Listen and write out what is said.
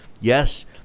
Yes